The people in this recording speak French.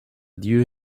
dieu